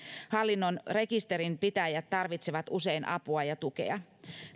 hallinnon rekisterinpitäjät tarvitsevat usein apua ja tukea